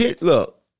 look